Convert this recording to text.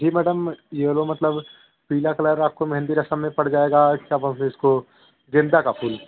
जी madam yellow मतलब पीला colour आपको मेहंदी रस्म में पड़ जाएगा इस हिसाब से इसको गेंदे का फूल